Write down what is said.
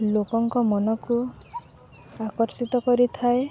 ଲୋକଙ୍କ ମନକୁ ଆକର୍ଷିତ କରିଥାଏ